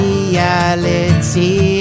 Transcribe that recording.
Reality